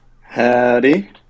Howdy